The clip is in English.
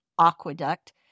Aqueduct